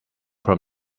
from